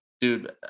dude